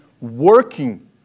working